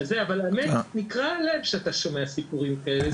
האמת, נקרע הלב כשאתה שומע סיפורים כאלה.